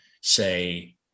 say